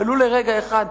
ולו לרגע אחד,